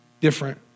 different